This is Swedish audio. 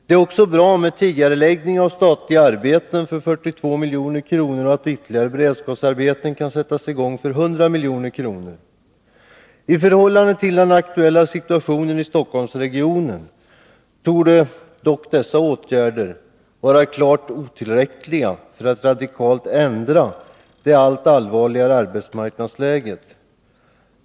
Det är också bra med tidigareläggning av statliga arbeten för 42 milj.kr. och att ytterligare beredskapsarbeten kan sättas i gång för 100 milj.kr. I förhållande till den aktuella situationen i Stockholmsregionen torde dock dessa åtgärder vara klart otillräckliga för att radikalt ändra det allt allvarligare arbetsmarknadsläget.